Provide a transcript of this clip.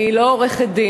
אני לא עורכת-דין,